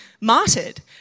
martyred